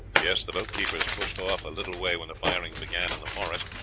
yes, the boat keepers pushed off a little way when the firing began in the forest,